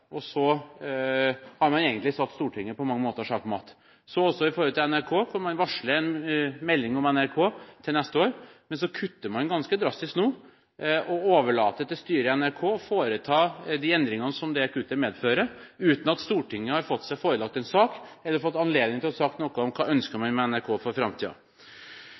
og så har man egentlig på mange måter satt Stortinget sjakk matt. Så også når det gjelder NRK, hvor man varsler en melding om NRK til neste år, men så kutter man ganske drastisk nå og overlater til styret i NRK å foreta de endringene som det kuttet medfører, uten at Stortinget har fått seg forelagt en sak eller fått anledning til å si noe om hva man ønsker med NRK for